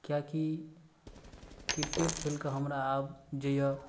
किएकि किरकेट खेलके हमरा आब जे अइ